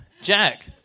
jack